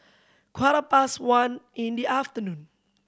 quarter past one in the afternoon